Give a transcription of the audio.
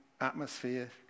atmosphere